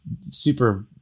super